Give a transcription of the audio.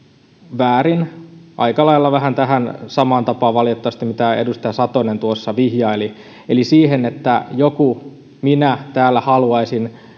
väärin aika lailla vähän tähän samaan tapaan valitettavasti kuin edustaja satonen tuossa vihjaili eli siihen että joku minä täällä haluaisin